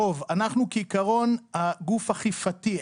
אנחנו כעיקרון גוף אכיפתי.